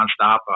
nonstop